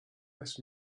this